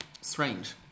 strange